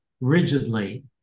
rigidly